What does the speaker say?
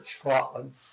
Scotland